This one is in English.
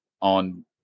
on